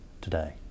today